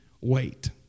wait